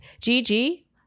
Gigi